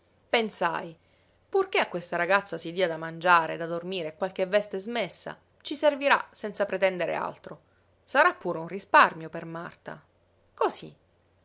pensai purché a questa ragazza si dia da mangiare da dormire e qualche veste smessa ci servirà senza pretendere altro sarà pure un risparmio per marta cosí